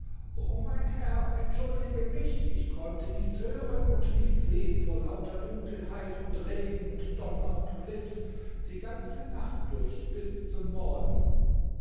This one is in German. o mein herr entschuldige mich ich konnte nichts hören und nichts sehen vor lauter dunkelheit und regen und donner und blitz die ganze nacht durch bis zum morgen